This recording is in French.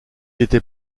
était